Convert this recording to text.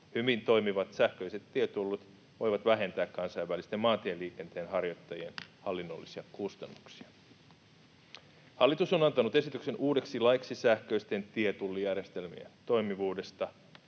Hyvin toimivat sähköiset tietullit voivat vähentää kansainvälisten maantieliikenteen harjoittajien hallinnollisia kustannuksia. Hallitus on antanut esityksen uudeksi laiksi sähköisten tietullijärjestelmien yhteentoimivuudesta,